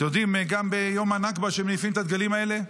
גם ביום הנכבה, כשמניפים את הדגלים האלה,